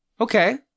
okay